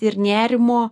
ir nerimo